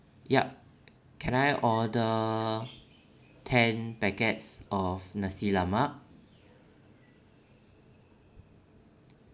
yup can I order ten packets of nasi lemak